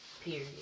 Period